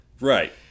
Right